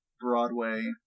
broadway